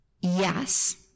yes